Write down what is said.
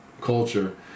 culture